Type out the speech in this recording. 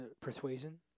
persuasion